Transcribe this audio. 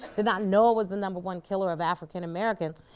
did not know it was the number one killer of african-americans,